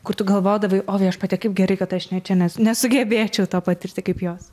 kur tu galvodavai o viešpatie kaip gerai kad aš ne čia nes nesugebėčiau to patirti kaip jos